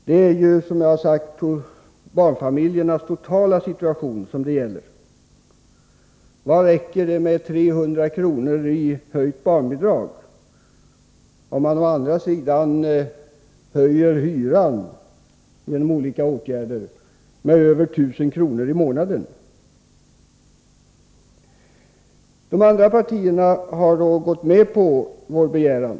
Det är, som jag har sagt, barnfamiljernas totala situation som det gäller. Vad förslår 300 kr. i höjt barnbidrag om man å andra sidan höjer hyran genom olika åtgärder med över 1000 kr. i månaden? De andra partierna har gått med på vår begäran.